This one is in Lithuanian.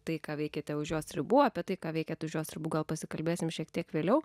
tai ką veikiate už jos ribų apie tai ką veikiat už jos ribų gal pasikalbėsim šiek tiek vėliau